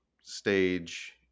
stage